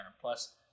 plus